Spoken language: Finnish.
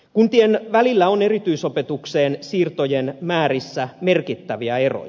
kuntien välillä on erityisopetukseen siirtojen määrissä merkittäviä eroja